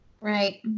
Right